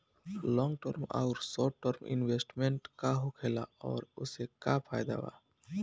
Long term आउर short term investment का होखेला और ओसे का फायदा बा?